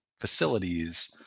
facilities